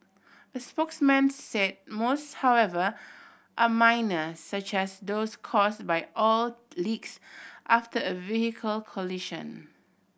a spokesman said most however are minor such as those caused by oil leaks after a vehicle collision